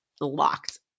locked